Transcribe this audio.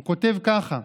הוא כותב ככה: